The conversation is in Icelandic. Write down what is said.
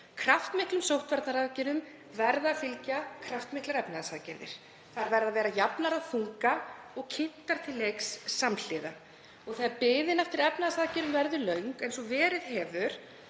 Kraftmiklum sóttvarnaaðgerðum verða að fylgja kraftmiklar efnahagsaðgerðir. Þær verða að vera jafnar að þunga og kynntar til leiks samhliða. Þegar biðin eftir efnahagsaðgerðum verður löng, eins og verið hefur,